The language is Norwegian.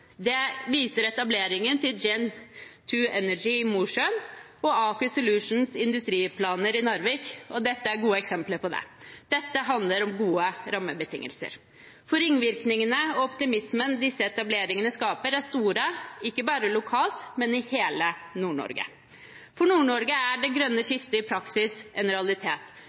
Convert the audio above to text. Det viser etableringen til Gen2 Energy i Mosjøen og Aker Solutions’ industriplaner i Narvik. Dette er gode eksempler på det. Dette handler om gode rammebetingelser, for ringvirkningene og optimismen disse etableringene skaper, er store, ikke bare lokalt, men i hele Nord-Norge. For Nord-Norge er det grønne skiftet i praksis en realitet.